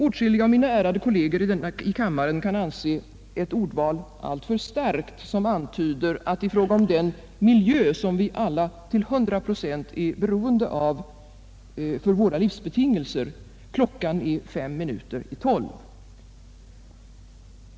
Åtskilliga av mina ärade kolleger i kammaren kan anse ett ordval alltför starkt som antyder att, i fråga om den miljö som vi alla till hundra procent är beroende av för våra livsbetingelser, klockan är fem minuter i tolv.